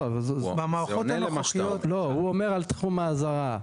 לא, הוא אומר על תחום האזהרה.